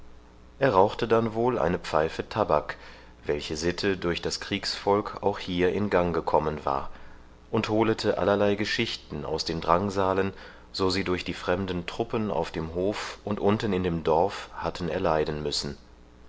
er rauchte dann wohl eine pfeife tabak welche sitte durch das kriegsvolk auch hier in gang gekommen war und holete allerlei geschichten aus den drangsalen so sie durch die fremden truppen auf dem hof und unten in dem dorf hatten erleiden müssen